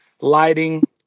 lighting